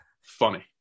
Funny